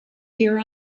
hear